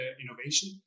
innovation